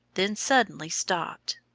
then suddenly stopped.